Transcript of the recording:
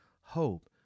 hope